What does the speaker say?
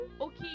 Okay